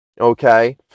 okay